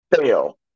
fail